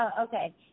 Okay